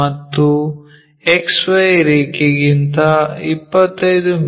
ಮತ್ತು XY ರೇಖೆಗಿಂತ 25 ಮಿ